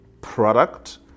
product